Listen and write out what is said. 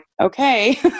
okay